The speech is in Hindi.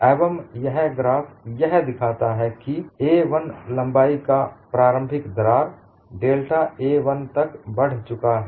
एवं यह ग्राफ यह दिखाता है कि a 1 लंबाई का प्रारंभिक दरार डेल्टा a 1 तक बढ़ चुका है